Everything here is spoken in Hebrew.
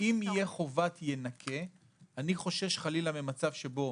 אם תהיה חובת ינכה, אני חושש חלילה ממצב שבו